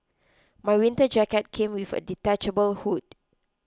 my winter jacket came with a detachable hood